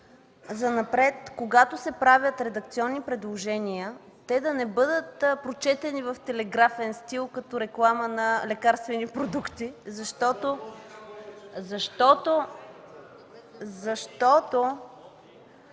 занапред когато се правят редакционни предложения те да не бъдат прочетени в телеграфен стил като реклама на лекарствени продукти, защото трябваше